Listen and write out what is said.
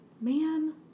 Man